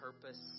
purpose